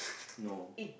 no